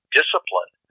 discipline